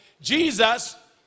jesus